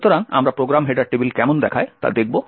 সুতরাং আমরা program header table কেমন দেখায় তা দেখব